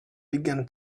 began